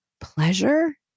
pleasure